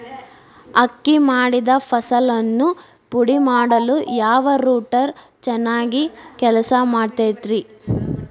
ಅಕ್ಕಿ ಮಾಡಿದ ಫಸಲನ್ನು ಪುಡಿಮಾಡಲು ಯಾವ ರೂಟರ್ ಚೆನ್ನಾಗಿ ಕೆಲಸ ಮಾಡತೈತ್ರಿ?